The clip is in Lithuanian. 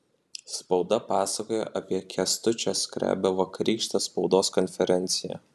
spauda pasakoja apie kęstučio skrebio vakarykštę spaudos konferenciją